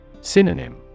Synonym